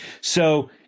So-